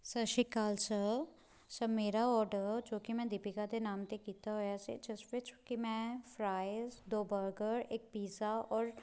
ਸਤਿ ਸ਼੍ਰੀ ਅਕਾਲ ਸਰ ਮੇਰਾ ਔਡਰ ਜੋ ਕਿ ਮੈਂ ਦੀਪਿਕਾ ਦੇ ਨਾਮ 'ਤੇ ਕੀਤਾ ਹੋਇਆ ਸੀ ਜਿਸ ਵਿੱਚ ਕਿ ਮੈਂ ਫਰਾਈਜ ਦੋ ਬਰਗਰ ਇਕ ਪੀਜ਼ਾ ਔਰ